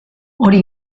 hori